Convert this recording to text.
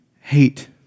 hate